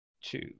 Two